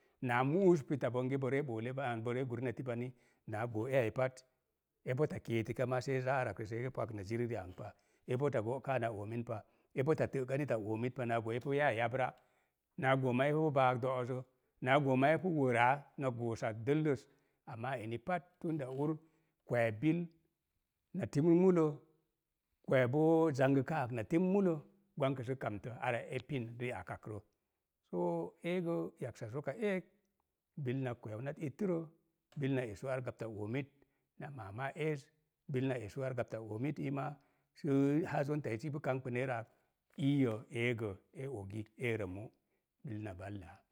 Naa mu'us pita bonge bo ree bolle pa, gurinati pani naa goo eya ai pat, e pota keetəka maa see zaa arakrə see kə pag na ziri ri'anpa, e pota bo'ka ana oomin pa, e pota tə'ka nita oomit pa. Naa goo epu ya yabra, naa goo maa, epu baag do'ozə, naa goo maa epu wəraa nok goosa dəlləs. Amaa eni pat, ur kwee bil, na timr mulə, kweeɓoo zangəkaa ak na timr mulə, gwankə sə kamtə ara e pin ri'akakrə. Soo eego, yaksazoka eek, bil na kweu nat ittərə, bil na esu ar gapta oomit na eez, bil na esu ar gapta oomit iimaa, sə haa zonta ipu kan, gbəneerə ak, ii'yə eego, e ogi eeromu, bil na